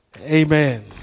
amen